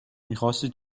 میخاستی